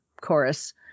chorus